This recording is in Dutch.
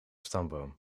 stamboom